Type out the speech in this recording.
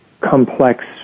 complex